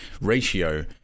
ratio